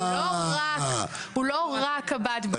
הוא לא רק קב"ט.